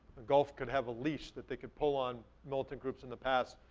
gulf could have a leash that they could pull on militant groups in the past,